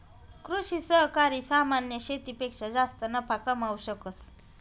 कृषि सहकारी सामान्य शेतीपेक्षा जास्त नफा कमावू शकस